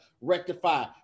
rectify